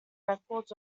records